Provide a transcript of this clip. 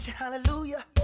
Hallelujah